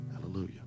Hallelujah